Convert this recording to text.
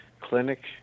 clinic